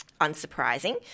unsurprising